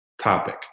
topic